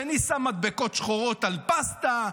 השני שם מדבקות שחורות על פסטה,